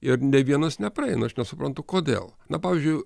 ir nė vienas nepraeina aš nesuprantu kodėl na pavyzdžiui